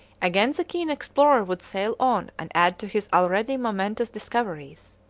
again the keen explorer would sail on and add to his already momentous discoveries.